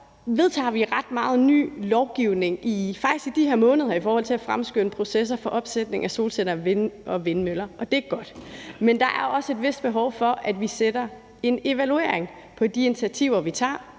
måneder ret meget ny lovgivning i forhold til at fremskynde processerne for opsætningen af solceller og vindmøller, og det er godt. Men der er også et vist behov for, at vi har en evaluering af de initiativer, vi tager,